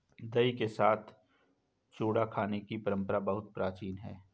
दही के साथ चूड़ा खाने की परंपरा बहुत प्राचीन है